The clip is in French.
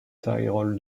tyrol